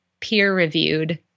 peer-reviewed